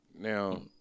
Now